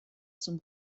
zum